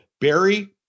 Barry